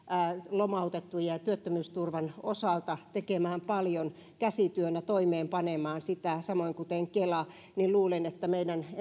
lomautettujen ja työttömyysturvan osalta tekemään paljon käsityönä toimenpanemaan sitä samoin kuten kela ja luulen että meidän ensi